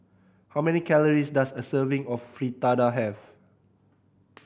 how many calories does a serving of Fritada have